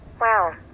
Wow